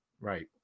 right